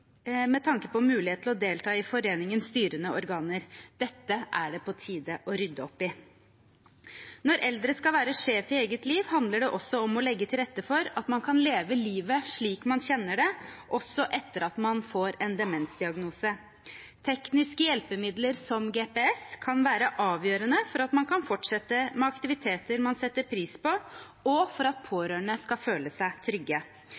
med tanke på mulighet til å delta i foreningens styrende organer. Dette er det på tide å rydde opp i. Når eldre skal være sjef i eget liv, handler det også om å legge til rette for at man kan leve livet slik man kjenner det, også etter at man har fått en demensdiagnose. Tekniske hjelpemidler som GPS kan være avgjørende for at man kan fortsette med aktiviteter man setter pris på, og for at pårørende skal føle seg trygge.